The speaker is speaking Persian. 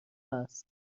است